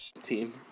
team